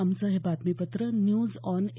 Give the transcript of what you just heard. आमचं हे बातमीपत्र न्यूज ऑन ए